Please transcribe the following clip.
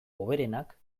hoberenak